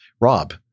Rob